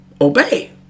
obey